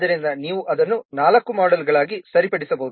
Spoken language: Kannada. ಆದ್ದರಿಂದ ನೀವು ಅದನ್ನು ನಾಲ್ಕು ಮೋಡೆಲ್ಗಳಾಗಿ ಸರಿಪಡಿಸಬಹುದು